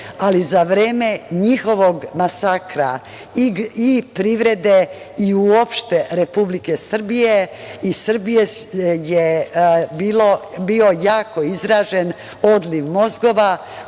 ali za vreme njihovog masakra, i privrede i uopšte Republike Srbije, bio je jako izražen odliv mozgova,